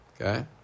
Okay